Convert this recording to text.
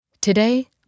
Today